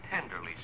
tenderly